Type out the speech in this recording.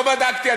לא בדקתי,